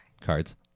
Cards